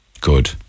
Good